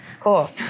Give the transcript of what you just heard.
cool